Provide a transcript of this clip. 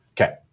okay